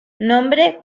nombre